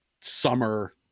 summer